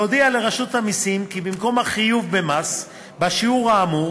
להודיע לרשות המסים כי במקום החיוב במס בשיעור האמור